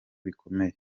bikomeye